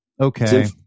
Okay